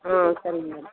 ஆ சரிங்க மேடம்